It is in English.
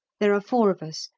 there are four of us,